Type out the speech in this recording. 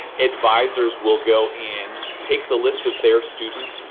advisers will go in, take the list of their students,